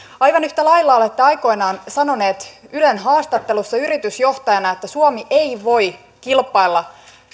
aivan yhtä lailla olette aikoinaan sanonut ylen haastattelussa yritysjohtajana että suomi ei voi kilpailla